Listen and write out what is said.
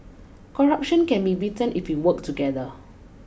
corruption can be beaten if we work together